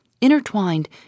intertwined